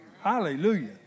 Hallelujah